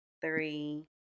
three